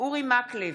אורי מקלב,